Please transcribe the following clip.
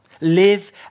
Live